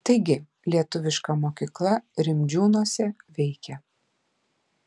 taigi lietuviška mokykla rimdžiūnuose veikia